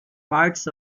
parts